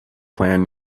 plan